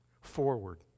forward